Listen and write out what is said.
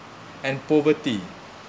and poverty